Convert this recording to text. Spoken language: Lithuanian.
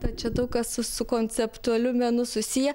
tad čia daug kas su su konceptualiu menu susiję